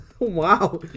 Wow